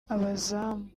abazamu